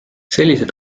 sellised